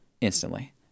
instantly